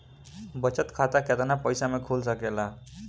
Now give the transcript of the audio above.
बचत खाता केतना पइसा मे खुल सकेला?